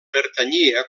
pertanyia